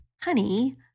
honey